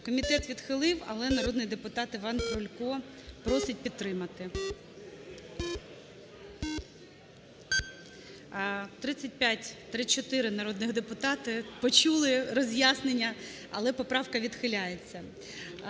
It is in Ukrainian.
Комітет відхилив, але народний депутат Іван Крулько просить підтримати. 16:50:24 За-34 34 народних депутати почули роз'яснення, але поправка відхиляється.